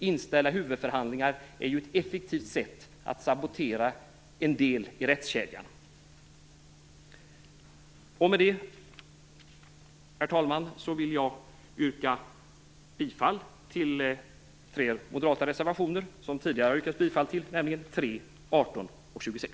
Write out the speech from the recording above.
Inställda huvudförhandlingar är ju ett effektivt sätt att sabotera en del i rättskedjan. Herr talman! Med det vill jag yrka bifall till tre moderata reservationer som tidigare har yrkats bifall till, nämligen 3, 18 och 26.